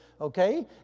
okay